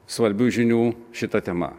svarbių žinių šita tema